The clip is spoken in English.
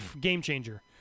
game-changer